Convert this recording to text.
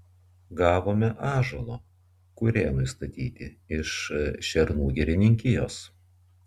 gavome ąžuolo kurėnui statyti iš šernų girininkijos